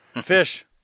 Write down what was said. Fish